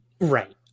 right